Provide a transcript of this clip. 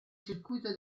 circuito